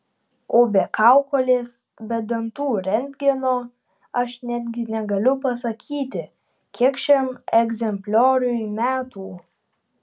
o be kaukolės be dantų rentgeno aš netgi negaliu pasakyti kiek šiam egzemplioriui metų